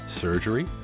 surgery